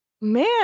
man